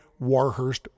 Warhurst